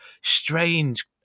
strange